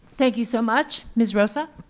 thank you so much, ms. rosa.